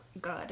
good